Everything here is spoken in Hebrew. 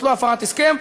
שזאת לא הפרת הסכם.